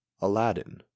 Aladdin